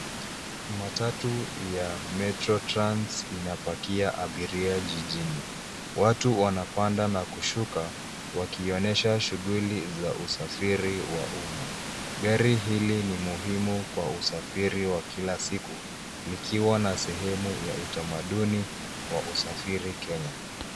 Matatu ya metro trans inapakia abiria jijini. Watu wanapanda na kushuka, wakionyesha shughuli za usafiri wa umma. Gari hili ni muhimu kwa usafiri wa kila siku, likiwa na sehemu ya utamaduni, wa usafiri, Kenya.